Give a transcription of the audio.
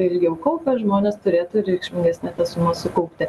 ilgiau kaupę žmonės turėtų reikšmingesnę tą sumą sukaupti